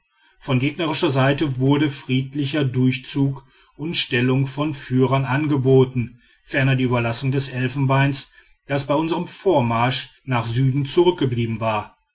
von gegnerischer seite wurde friedlicher durchzug und stellung von führern angeboten ferner die überlassung des elfenbeins das bei unserm vormarsch nach süden zurückgeblieben war